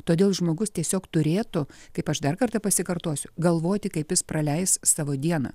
todėl žmogus tiesiog turėtų kaip aš dar kartą pasikartosiu galvoti kaip jis praleis savo dieną